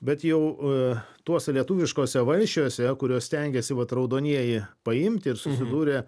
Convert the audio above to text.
bet jau tuose lietuviškuose valsčiuose kuriuos stengėsi vat raudonieji paimti ir susidūrė